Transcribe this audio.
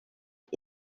est